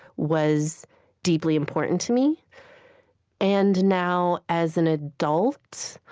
was deeply important to me and now as an adult,